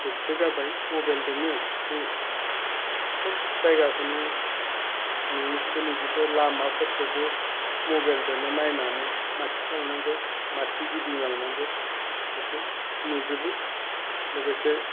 जुगबो जाबाय मबेलदोनो बे सोब जायगाखौनो नुयैखौबो नुजोब्बाय लामाफोरखौबो मबेलदोनो नायनानै माथिं थांनांगौ माथिं गिदिंलांनांगौ बेखौ नुजोबो लोगोसे